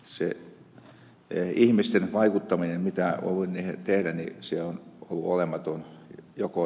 se ihmisten vaikuttaminen mitä voi tehdä on ollut olematon